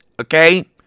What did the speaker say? Okay